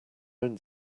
own